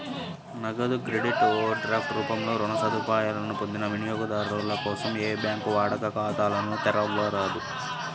నగదు credit, overdraft రూపంలో రుణ సదుపాయాలను పొందిన వినియోగదారుల కోసం ఏ బ్యాంకూ వాడుక ఖాతాలను తెరవరాదు